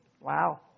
Wow